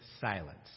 silence